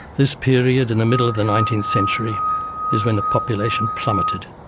this period, in the middle of the nineteenth century is when the population plummeted,